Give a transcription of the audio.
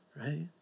right